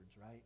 right